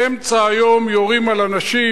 באמצע היום יורים על אנשים,